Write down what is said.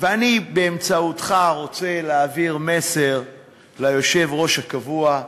ואני באמצעותך רוצה להעביר מסר ליושב-ראש הקבוע.